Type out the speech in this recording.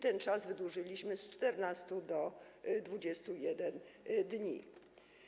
Ten czas wydłużyliśmy z 14 do 21 dni.